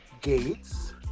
Gates